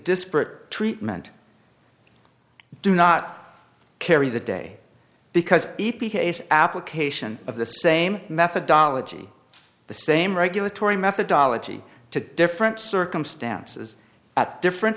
disparate treatment do not carry the day because e p a s application of the same methodology the same regulatory methodology to different circumstances at different